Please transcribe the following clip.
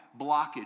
blockage